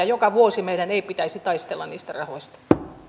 joka vuosi meidän ei pitäisi taistella niistä rahoista